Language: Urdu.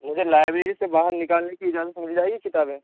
مجھے لائبریری سے باہر نکالنے کی اجازت مل جائیں گی کتابیں